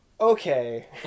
okay